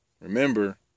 Remember